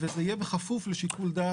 וזה יהיה בכפוף לשיקול דעת.